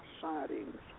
sightings